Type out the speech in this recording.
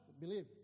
believe